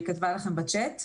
היא כתבה לכם בצ'אט.